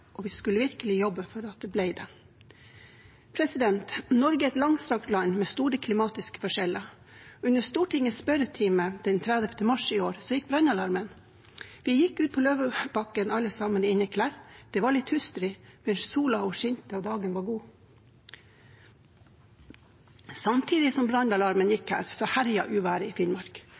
og vi skulle virkelig jobbe for at det ble det. Norge er et langstrakt land med store klimatiske forskjeller. Under Stortingets spørretime 30. mars i år gikk brannalarmen. Vi gikk ut på Løvebakken i inneklær alle sammen. Det var litt hustrig, men solen skinte og dagen var god. Samtidig som brannalarmen gikk her, herjet uværet i Finnmark.